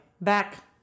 back